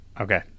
Okay